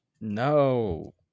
No